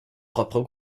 propres